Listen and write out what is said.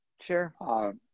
Sure